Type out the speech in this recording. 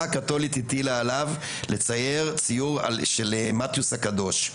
הקתולית הטילה עליו לצייר ציור של מתיוס הקדוש,